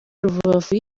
rubavu